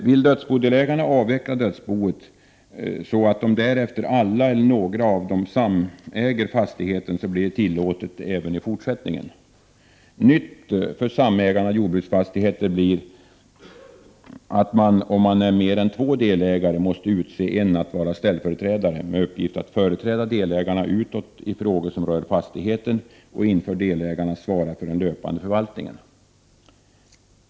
Vill dödsbodelägarna avveckla dödsboet så att därefter alla eller några av lem blir ägare av fastigheten, blir det tillåtet även i fortsättningen. Nytt träffande samägande av jordbruksfastighet blir att om det finns mer än två lelägare, en måste utses att vara ställföreträdare, med uppgift att företräda lelägarna utåt i frågor som rör fastigheten och inför delägarna svara för den öpande förvaltningen.